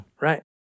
right